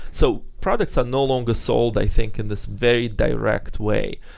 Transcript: so products are no longer sold, i think, in this very direct way.